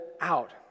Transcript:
out